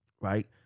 right